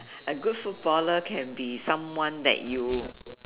a good footballer can be someone that you